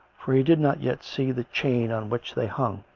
for he did not yet see the chain on which they hung.